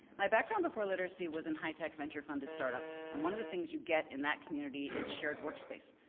my background before literacy was in high tech venture founded startups. and one of the things you get in that community is shared workspace.